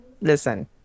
listen